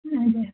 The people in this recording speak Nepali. हजुर